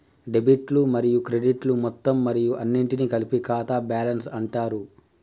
డెబిట్లు మరియు క్రెడిట్లు మొత్తం మరియు అన్నింటినీ కలిపి ఖాతా బ్యాలెన్స్ అంటరు